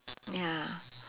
ya